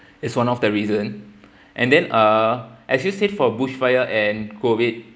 it's one of the reason and then uh as you said for bush fire and COVID